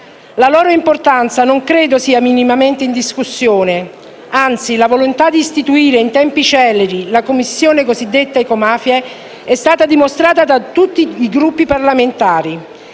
la loro importanza sia minimamente in discussione. Anzi, la volontà di istituire in tempi celeri la Commissione cosiddetta ecomafie è stata dimostrata da tutti i Gruppi parlamentari